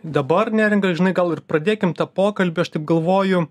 dabar neringa žinai gal ir pradėkim tą pokalbį aš taip galvoju